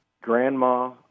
Grandma